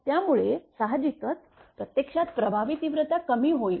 त्यामुळे साहजिकच प्रत्यक्षात प्रभावी तीव्रता कमी होईल